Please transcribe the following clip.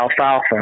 alfalfa